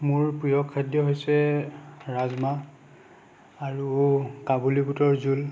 মোৰ প্ৰিয় খাদ্য হৈছে ৰাজমাহ আৰু কাবুলী বুটৰ জোল